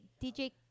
DJ